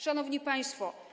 Szanowni Państwo!